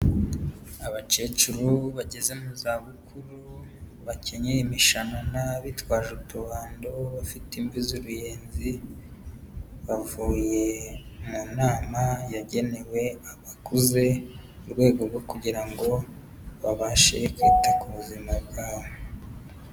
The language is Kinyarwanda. Abakecuru bageze mu za bukuru bakenyeye imishanana bitwaje utubando, bafite imvi z'uruyenzi, bavuye mu nama yagenewe abakuze ku rwego rwo kugira ngo babashe kwita ku buzima bwabo.